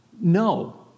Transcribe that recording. No